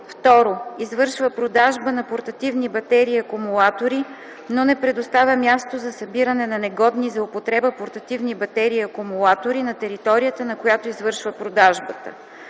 2. извършва продажба на портативни батерии и акумулатори, но не предоставя място за събиране на негодни за употреба портативни батерии и акумулатори на територията, на която извършва продажбата;